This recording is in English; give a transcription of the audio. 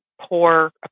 poor